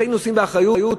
הכי נושאים באחריות,